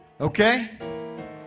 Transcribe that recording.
Okay